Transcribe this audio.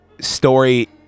story